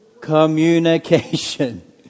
Communication